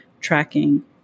tracking